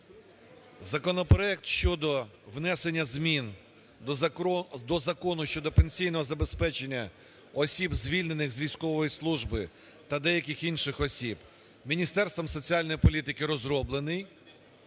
законопроект щодо внесення змін до Закону щодо пенсійного забезпечення осіб, звільнених з військових служби, та деяких інших осіб Міністерством соціальної політики розроблений